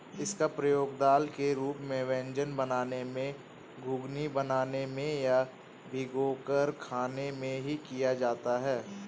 इसका प्रयोग दाल के रूप में व्यंजन बनाने में, घुघनी बनाने में या भिगोकर खाने में भी किया जाता है